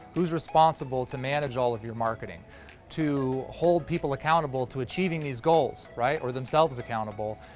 who's responsible to manage all of your marketing to hold people accountable to achieving these goals, right, or themselves accountable?